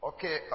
Okay